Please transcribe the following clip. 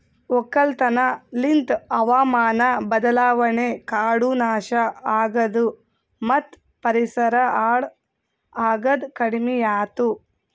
ಒಕ್ಕಲತನ ಲಿಂತ್ ಹಾವಾಮಾನ ಬದಲಾವಣೆ, ಕಾಡು ನಾಶ ಆಗದು ಮತ್ತ ಪರಿಸರ ಹಾಳ್ ಆಗದ್ ಕಡಿಮಿಯಾತು